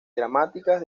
dramáticas